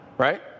Right